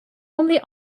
only